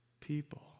people